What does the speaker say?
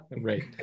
Right